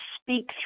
speak